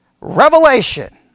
revelation